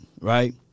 right